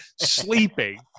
sleeping